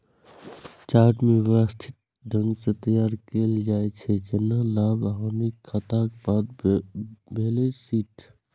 chart कें व्यवस्थित ढंग सं तैयार कैल जाइ छै, जेना लाभ, हानिक खाताक बाद बैलेंस शीट